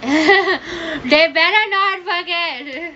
dey வேணாண்டா பார்க்க:venaandaa paarkka